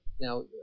now